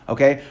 Okay